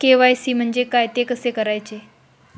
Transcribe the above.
KYC म्हणजे काय? ते कसे करायचे?